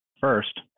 First